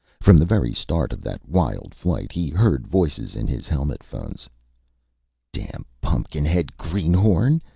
from the very start of that wild flight, he heard voices in his helmet phones damn pun'kin-head greenhorn!